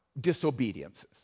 disobediences